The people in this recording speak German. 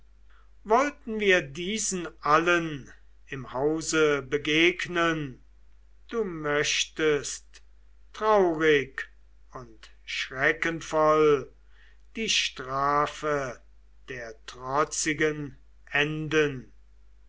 wollten wir diesen allen im hause begegnen du möchtest traurig und schreckenvoll die strafe der trotzigen enden